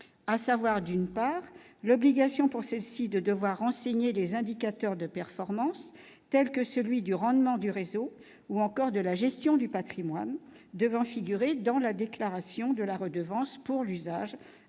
à savoir d'une part, l'obligation pour celle-ci de devoir enseigner les indicateurs de performance tels que celui du rendement du réseau ou encore de la gestion du Patrimoine devant figurer dans la déclaration de la redevance pour l'usage